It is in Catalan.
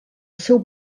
seu